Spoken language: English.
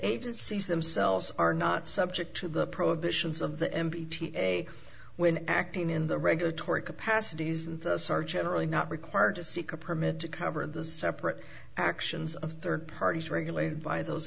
agencies themselves are not subject to the prohibitions of the m p t when acting in the regulatory capacities and the sergeant really not required to seek a permit to cover the separate actions of third parties regulated by those